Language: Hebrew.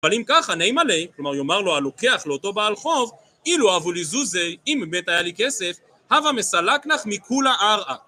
אבל אם ככה, נימא ליה, כלומר יאמר לו הלוקח לאותו בעל חוב, אילו הוו לי זוזי, אם באמת היה לי כסף, הווה מסלקנך מכולה ארעא.